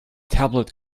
tablet